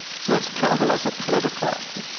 so that's travel as a political act.